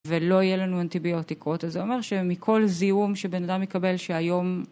ולא יהיה לנו אנטיביוטיקות, אז זה אומר שמכל זיהום שבן אדם יקבל שהיום...